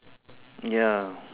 ya